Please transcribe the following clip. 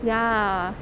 ya